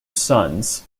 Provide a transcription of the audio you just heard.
sons